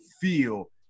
feel